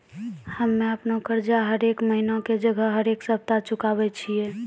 हम्मे अपनो कर्जा हरेक महिना के जगह हरेक सप्ताह चुकाबै छियै